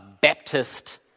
Baptist